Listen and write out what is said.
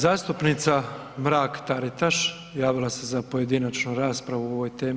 Zastupnica Mrak Taritaš javila se za pojedinačnu raspravu o ovoj temi.